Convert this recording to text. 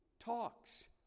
talks